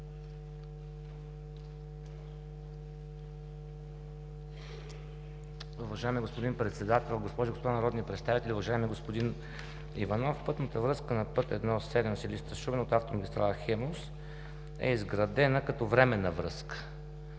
Уважаеми господин Председател, госпожи и господа народни представители! Уважаеми господин Иванов, пътната връзка на път I-7 Силистра – Шумен, от автомагистрала „Хемус“ е изградена като временна връзка